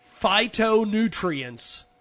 phytonutrients